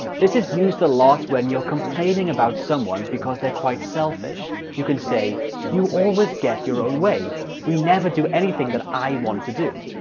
this is used a lot when you're complaining about someone because they're quite selfish. you can say you always get your own way we never do anything that i want to do!